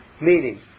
meaning